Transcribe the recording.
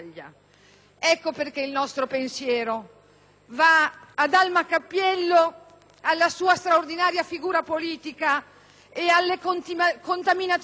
Ecco perché il nostro pensiero va ad Alma Cappiello, alla sua straordinaria figura politica e alle contaminazioni